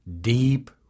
deep